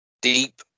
deep